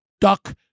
Duck